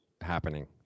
happening